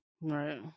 Right